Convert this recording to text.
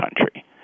country